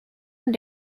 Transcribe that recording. and